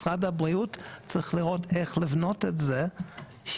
משרד הבריאות צריך לראות איך לבנות את זה שלא